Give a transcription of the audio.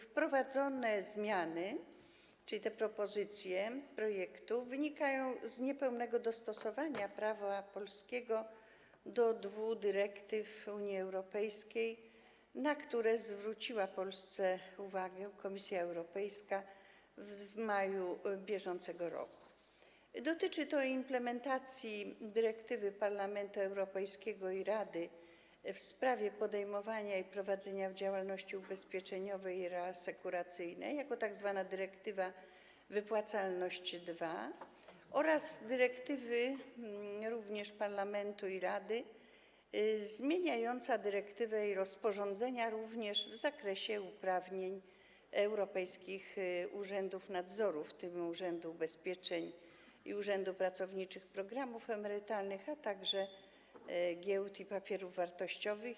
Wprowadzane zmiany, czyli te propozycje z projektu, wynikają z niepełnego dostosowania prawa polskiego do dwu dyrektyw Unii Europejskiej, na które zwróciła Polsce uwagę Komisja Europejska w maju br. Dotyczy to implementacji dyrektywy Parlamentu Europejskiego i Rady w sprawie podejmowania i prowadzenia działalności ubezpieczeniowej i reasekuracyjnej - tzw. dyrektywy Wypłacalność II - oraz dyrektywy Parlamentu i Rady zmieniającej dyrektywy i rozporządzenia w zakresie uprawnień europejskich urzędów nadzoru, w tym urzędów nadzoru ubezpieczeń i pracowniczych programów emerytalnych, a także giełd i papierów wartościowych.